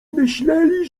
myśleli